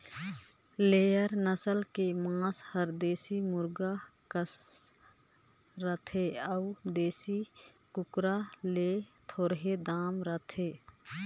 layer नसल के मांस हर देसी मुरगा कस रथे अउ देसी कुकरा ले थोरहें दाम रहथे